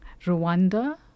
rwanda